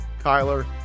Kyler